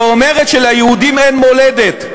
שאומרת שליהודים אין מולדת,